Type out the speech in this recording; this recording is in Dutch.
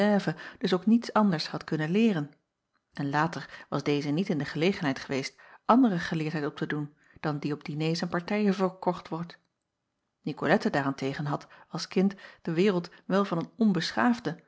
dus ook niets anders had kunnen leeren en later was deze niet in de gelegenheid geweest andere geleerdheid op te doen dan die op diners en partijen verkocht wordt icolette daar-en-tegen had als kind de wereld wel van een onbeschaafde